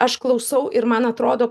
aš aš klausau ir man atrodo